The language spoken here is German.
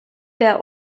der